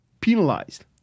penalized